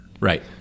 Right